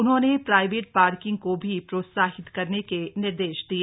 उन्होंने private parking को भी प्रोत्साहित करने के निर्देश दिये